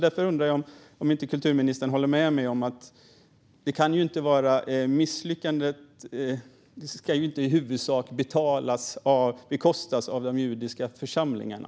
Därför undrar jag om inte kulturministern håller med mig om att misslyckandet inte i huvudsak ska bekostas av de judiska församlingarna.